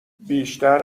بیشتر